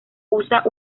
usa